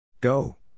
Go